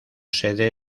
sede